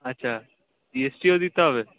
আচ্ছা জিএসটিও দিতে হবে